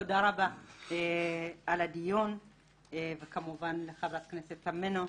תודה רבה על הדיון וכמובן לחברת הכנסת תמנו,